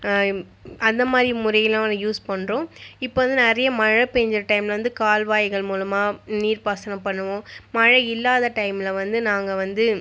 அந்த மாதிரி முறையலாம் வந்து யூஸ் பண்றோம் இப்போ வந்து நிறைய மழை பெஞ்ச டைமில் வந்து கால்வாய்கள் மூலிமா நீர் பாசனம் பண்ணுவோம் மழை இல்லாத டைமில் வந்து நாங்கள் வந்து